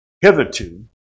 hitherto